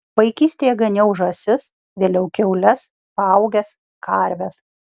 vaikystėje ganiau žąsis vėliau kiaules paaugęs karves